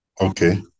Okay